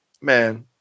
man